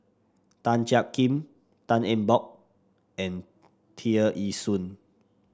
Tan Jiak Kim Tan Eng Bock and Tear Ee Soon